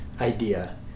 idea